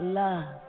love